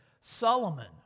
Solomon